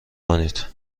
کنید